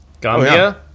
Gambia